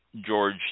George